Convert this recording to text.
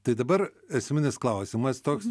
tai dabar esminis klausimas toks